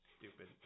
stupid